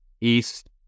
east